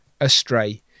astray